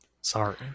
Sorry